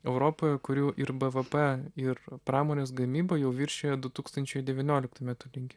europoje kurių ir bvp ir pramonės gamyba jau viršija du tūkstančiai devynioliktų metų lygį